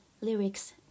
lyrics